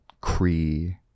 Cree